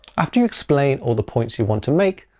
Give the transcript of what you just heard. after you explain all the points you want to make,